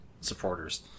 supporters